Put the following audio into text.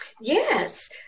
Yes